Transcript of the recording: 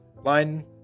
line